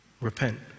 repent